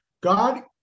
God